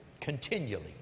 continually